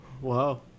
Wow